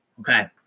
Okay